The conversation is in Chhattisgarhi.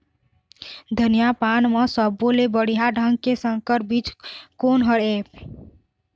धनिया पान म सब्बो ले बढ़िया ढंग के संकर बीज कोन हर ऐप?